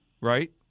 right